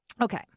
Okay